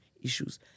issues